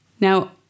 now